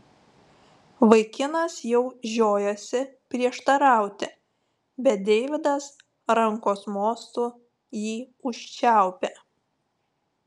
vaikinas jau žiojosi prieštarauti bet deividas rankos mostu jį užčiaupė